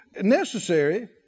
necessary